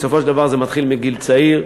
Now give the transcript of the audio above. בסופו של דבר זה מתחיל מגיל צעיר,